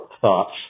thoughts